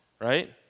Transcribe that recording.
right